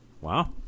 Wow